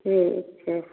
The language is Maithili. ठीक छै